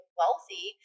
wealthy